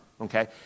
Okay